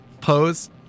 pose